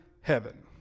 heaven